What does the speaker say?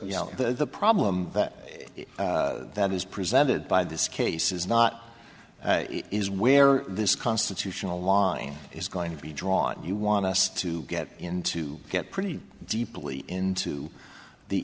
you know the problem that that is presented by this case is not is where this constitutional lawyer is going to be drawn you want us to get in to get pretty deeply into the